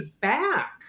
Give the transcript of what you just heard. back